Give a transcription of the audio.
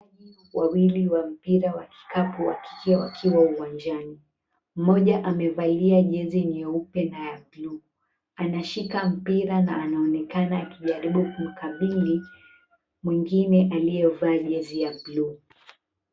Wawili wa mpira wa kikapu wakike wakiwa uwanjani. Mmoja amevalia jesy nyeupe na ya blu, anashika mpira na anaonekana akijaribu kumkabidhi mwingine aliyevaa jezi ya blu.